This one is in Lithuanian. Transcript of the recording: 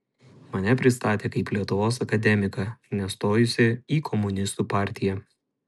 mane pristatė kaip lietuvos akademiką nestojusį į komunistų partiją